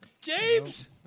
James